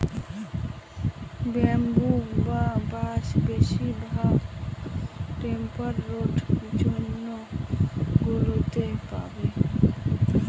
bamboo বা বাঁশ বেশিরভাগ টেম্পারড জোন গুলোতে পাবে